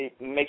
make